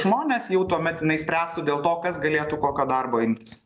žmones jau tuomet jinai spręstų dėl to kas galėtų kokio darbo imtis